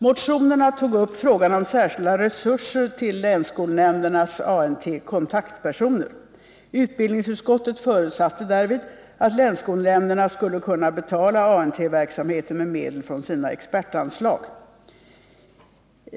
Motionerna tog upp frågan om särskilda resurser till länsskolnämndernas ANT-kontaktpersoner. Utbildningsutskottet förutsatte därvid att länsskolnämnderna skulle kunna betala ANT-verksamheten med medel från sina expertanslag.